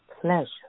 Pleasure